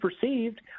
perceived